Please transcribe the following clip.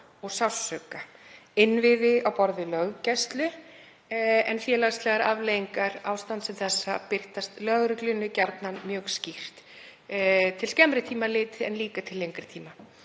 og sársauka, innviði á borð við löggæslu en félagslegar afleiðingar ástands sem þessa birtast lögreglunni gjarnan mjög skýrt til skemmri tíma litið en líka til lengri tíma.